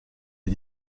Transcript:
les